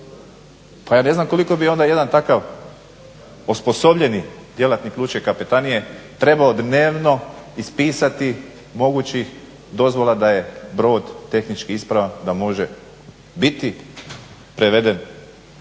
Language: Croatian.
Pa ja ne znam koliko bi onda jedan takav osposobljeni djelatnik lučke kapetanije trebao dnevno ispisati mogućih dozvola da je brod tehnički ispravan da može biti preveden